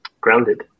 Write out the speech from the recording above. grounded